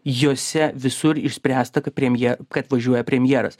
jose visur išspręsta ka premje kad važiuoja premjeras